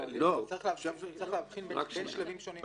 זה לא רק העניין של ייצור תמריץ חזק מספיק,